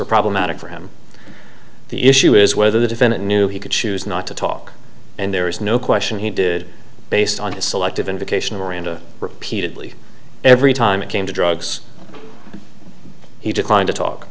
were problematic for him the issue is whether the defendant knew he could choose not to talk and there is no question he did based on his selective invocation miranda repeatedly every time it came to drugs he declined to